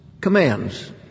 commands